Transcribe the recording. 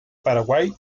paraguay